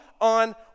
on